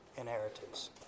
inheritance